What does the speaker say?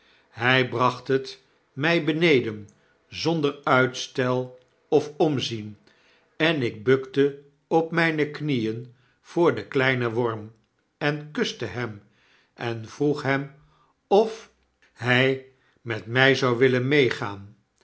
hij bracht het my beneden zonder uitstel of omzien en ik bukte op myne knieen voor den kleinen worm en kuste hem en vroeg hem of hy met my zou willen meegaan